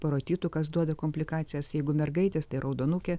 parotitu kas duoda komplikacijas jeigu mergaitės tai raudonukė